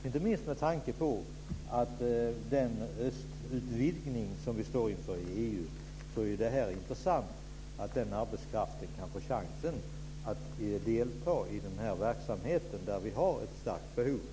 Det är intressant att den arbetskraften kan få chansen i den här verksamheten där det finns ett starkt behov, inte minst men tanke på den östutvidgning som vi står inför i